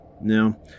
Now